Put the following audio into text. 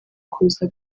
kuza